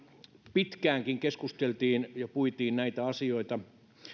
pitkäänkin keskusteltiin ja puitiin näitä asioita